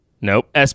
Nope